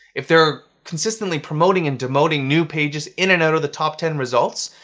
if they're consistently promoting and demoting new pages in and out of the top ten results,